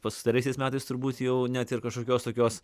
pastaraisiais metais turbūt jau net ir kažkokios tokios